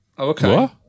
okay